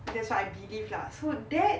that's why I believe lah so that